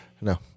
No